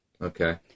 Okay